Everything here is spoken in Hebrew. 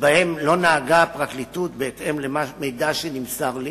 שבהם לא נהגה הפרקליטות בהתאם למידע שנמסר לי,